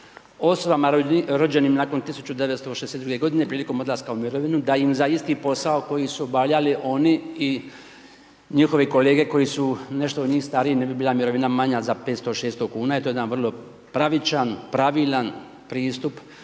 osobama rođenim nakon 1962. godine prilikom odlaska u mirovinu da im za isti posao koji su obavljali oni i njihovi kolege koji su nešto od njih stariji ne bi bila mirovina manja za 500-600,00 kn jer to je jedan vrlo pravičan, pravilan pristup,